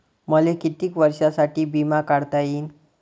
मले कितीक वर्षासाठी बिमा काढता येईन?